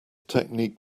technique